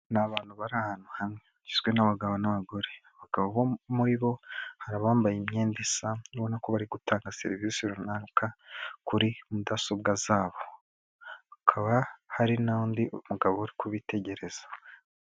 Ni abantu bari ahantu hamwe bagizwe n'abagabo n'abagore, abagabo bo muri bo hari abambaye imyenda isa ubona ko bari gutanga serivisi runaka kuri mudasobwa zabo, hakaba hari n'undi mugabo uri kubitegereza.